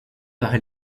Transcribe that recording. par